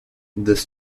this